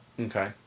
Okay